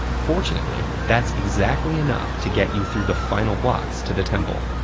fortunately, that's exactly enough to get you through the final blocks to the temple.